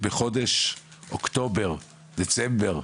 בחודש אוקטובר, דצמבר,